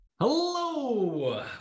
Hello